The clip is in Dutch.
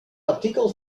artikel